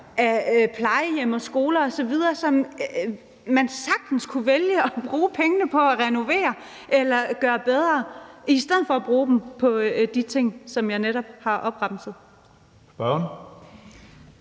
af plejehjem og skoler osv., som man sagtens kunne vælge at bruge pengene på at renovere eller gøre bedre i stedet for at bruge dem på de ting, som jeg netop har opremset.